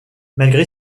malgré